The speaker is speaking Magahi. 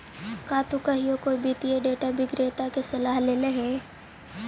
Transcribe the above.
का तु कहियो कोई वित्तीय डेटा विक्रेता के सलाह लेले ह?